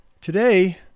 today